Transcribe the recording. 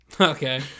Okay